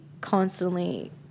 constantly